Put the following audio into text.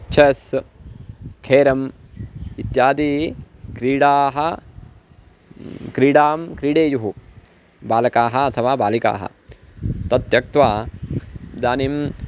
छस् खेरम् इत्यादी्यः क्रीडाः क्रीडां क्रीडेयुः बालकाः अथवा बालिकाः तत् त्यक्त्वा इदानीं